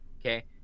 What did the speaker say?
okay